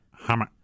hammer